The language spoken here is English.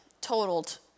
totaled